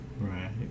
Right